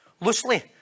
loosely